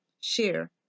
share